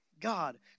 God